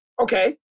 okay